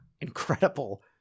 incredible